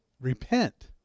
Repent